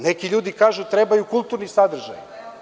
Neki ljudi kažu da trebaju kulturni sadržaji.